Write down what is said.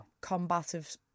combative